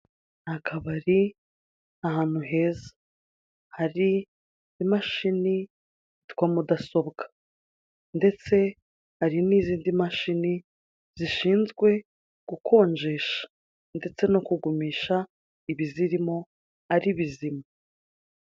Akabari ahantu heza hari imashini yitwa mudasobwa ndetse hari n'izindi mashini zishinzwe gukonjesha ndetse no kugumisha ibizirimo ari bizima.